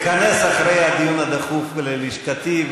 תיכנס אחרי הדיון הדחוף ללשכתי,